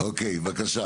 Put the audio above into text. בבקשה,